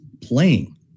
playing